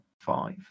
five